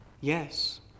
Yes